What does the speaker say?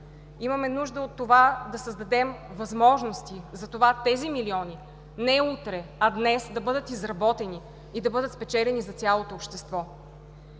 Имаме нужда да създадем възможности тези милиони не утре, а днес да бъдат изработени и да бъдат спечелени за цялото общество.